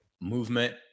movement